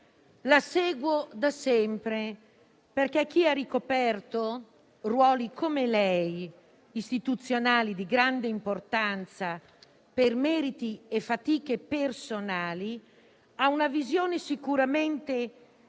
La seguo da sempre perché chi, come lei, ha ricoperto ruoli istituzionali di grande importanza per meriti e fatiche personali ha una visione sicuramente più